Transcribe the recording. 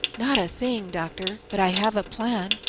not a thing, doctor but i have a plan.